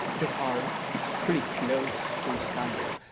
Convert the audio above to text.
that are pretty close to istanbul,